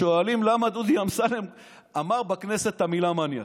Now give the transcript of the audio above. שואלים למה דודי אמסלם אמר בכנסת את המילה "מניאק"